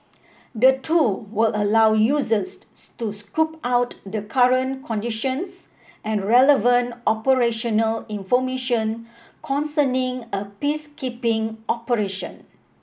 the tool will allow users to scope out the current conditions and relevant operational information concerning a peacekeeping operation